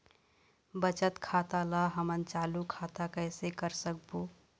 बचत खाता ला हमन चालू खाता कइसे कर सकबो?